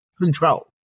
control